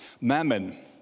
mammon